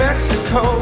Mexico